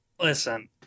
listen